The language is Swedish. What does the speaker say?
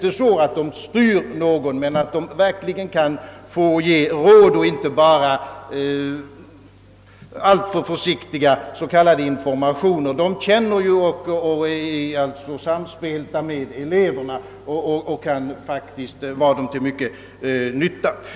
De bör inte styra någon, men de borde verkligen få ge råd och inte bara alltför försiktiga s.k. informationer. De känner ju eleverna och är samspelta med dem och kan faktiskt vara till mycken nytta.